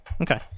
Okay